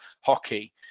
hockey